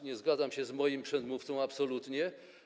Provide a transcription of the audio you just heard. Nie zgadzam się z moim przedmówcą absolutnie.